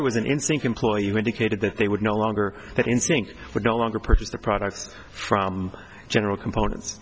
it was an instinct employee you indicated that they would no longer that instinct would no longer purchase their products from general components